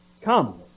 Come